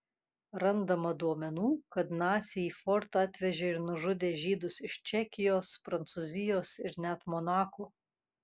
randama duomenų kad naciai į fortą atvežė ir nužudė žydus iš čekijos prancūzijos ir net monako